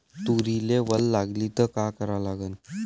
तुरीले वल लागली त का करा लागन?